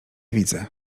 widzę